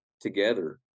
together